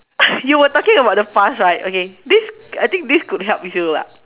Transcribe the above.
you were talking about the past right okay this I think this could help you ah